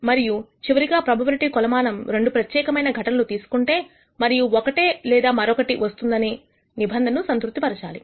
మరియు చివరిగాప్రోబబిలిటీ కొలమానం 2 ప్రత్యేకమైన ఘటన లు తీసుకుంటే మరియు ఒకటే లేదా మరొకటి వస్తుందని అనే నిబంధనను సంతృప్తి పరచాలి